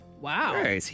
Wow